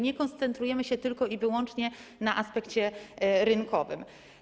Nie koncentrujemy się tylko i wyłącznie na aspekcie rynkowym.